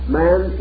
man